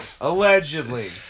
Allegedly